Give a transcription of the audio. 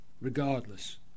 regardless